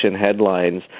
headlines